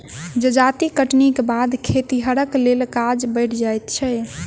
जजाति कटनीक बाद खतिहरक लेल काज बढ़ि जाइत छै